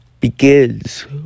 begins